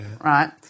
right